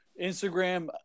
Instagram